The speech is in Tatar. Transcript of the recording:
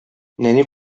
нәни